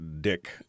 Dick